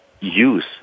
use